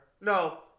No